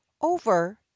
Over